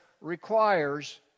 requires